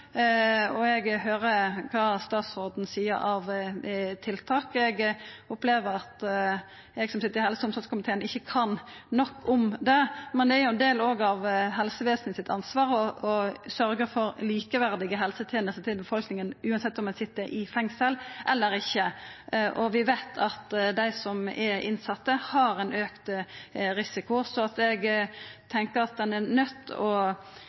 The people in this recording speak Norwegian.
Eg høyrer kva statsråden seier om tiltak. Eg opplever at eg som sit i helse- og omsorgskomiteen, ikkje kan nok om det, men det er òg ein del av ansvaret til helsestellet å sørgja for likeverdige helsetenester til befolkninga, uansett om ein sit i fengsel eller ikkje. Vi veit at dei som er innsette, har ein auka risiko, så eg tenkjer at ein er